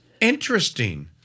Interesting